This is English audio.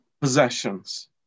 possessions